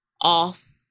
Off